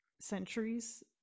centuries